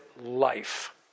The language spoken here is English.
life